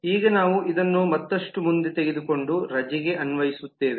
ಈಗ ನಾವು ಇದನ್ನು ಮತ್ತಷ್ಟು ಮುಂದೆ ತೆಗೆದುಕೊಂಡು ರಜೆಗೆ ಅನ್ವಯಿಸುತ್ತೇವೆ